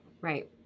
Right